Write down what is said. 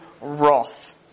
wrath